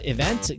Event